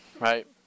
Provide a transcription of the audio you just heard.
right